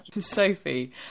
Sophie